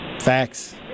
Facts